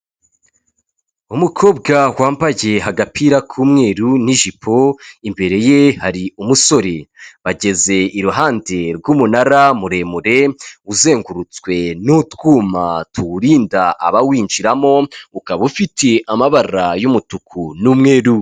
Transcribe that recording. Umukobwa wambaye agapira k'umweru n'ijipo, imbere ye hari umusore. Bageze iruhande rw'umunara muremure uzengurutswe n'utwuma tuwurinda abawinjiramo, ukaba ufite amabara y'umutuku n'umweru.